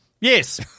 Yes